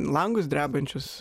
langus drebančius